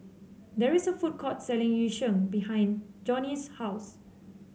there is a food court selling Yu Sheng behind Johney's house